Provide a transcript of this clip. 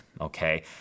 Okay